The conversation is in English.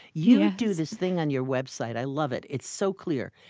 you do this thing on your website. i love it it's so clear.